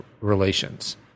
Relations